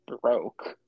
broke